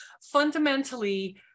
fundamentally